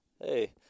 hey